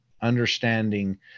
understanding